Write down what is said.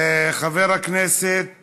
חבר הכנסת